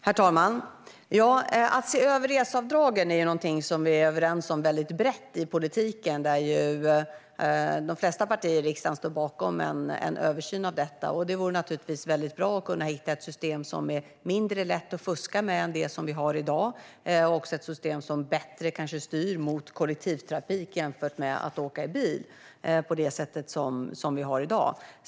Herr talman! Att reseavdragen ska ses över är någonting vi är överens om väldigt brett i politiken; de flesta partier i riksdagen står bakom en sådan översyn. Det vore naturligtvis väldigt bra om vi kunde hitta ett system som är mindre lätt att fuska med än det vi har i dag och ett system som kanske bättre styr mot kollektivtrafik i stället för bilåkande jämfört med det vi har i dag.